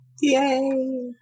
Yay